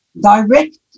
direct